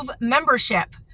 membership